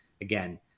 again